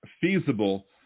feasible